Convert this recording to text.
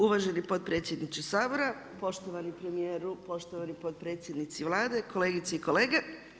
Uvaženi potpredsjedniče Sabora, poštovani premijeru, poštovani potpredsjednici Vlade, kolegice i kolege.